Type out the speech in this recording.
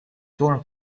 donald